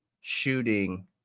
shooting